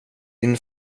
din